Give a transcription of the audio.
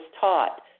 taught